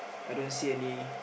I don't see any